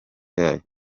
yayo